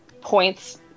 points